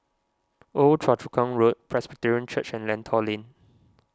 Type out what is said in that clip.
Old Choa Chu Kang Road Presbyterian Church and Lentor Lane